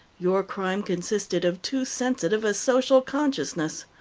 your crime consisted of too sensitive a social consciousness.